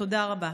תודה רבה.